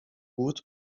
głód